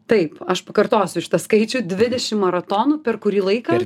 taip aš pakartosiu šitą skaičių dvidešim maratonų per kurį laiką